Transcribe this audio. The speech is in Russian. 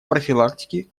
профилактике